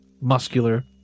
muscular